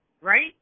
right